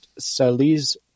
Saliz